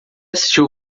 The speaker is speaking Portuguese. assistiu